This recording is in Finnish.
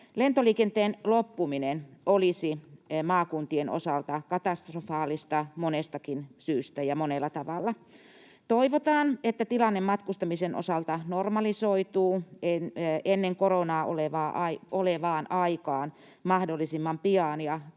Lentoliikenteen loppuminen olisi maakuntien osalta katastrofaalista monestakin syystä ja monella tavalla. Toivotaan, että tilanne matkustamisen osalta normalisoituu ennen koronaa olevaan aikaan mahdollisimman pian ja päästään